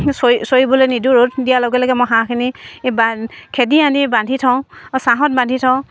চৰি চৰিবলৈ নি নিদোঁ ৰ'দ দিয়াৰ লগে লগে মই হাঁহখিনি এ বান্ খেদি আনি বান্ধি থওঁ ছাঁত বান্ধি থওঁ